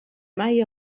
mai